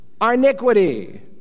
Iniquity